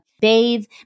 bathe